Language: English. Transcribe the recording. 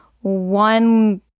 one